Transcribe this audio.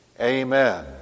Amen